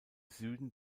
süden